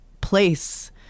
place